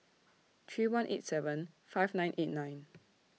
three one eight seven five nine eight nine